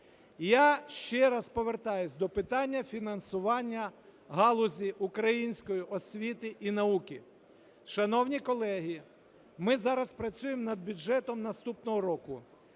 Я ще раз повертаюсь до питання фінансування галузі української освіти і науки. Шановні колеги, ми зараз працюємо над бюджетом наступного року.